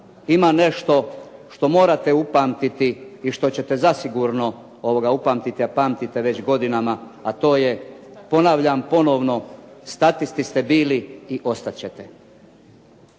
ima nešto što morate upamtiti i što ćete zasigurno upamtiti, a pamtite već godinama, a to je, ponavljam ponovno, statisti ste bili i ostat ćete.